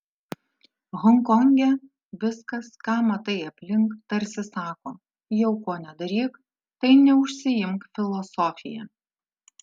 honkonge viskas ką matai aplink tarsi sako jau ko nedaryk tai neužsiimk filosofija